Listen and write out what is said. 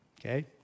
Okay